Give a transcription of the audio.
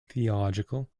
theological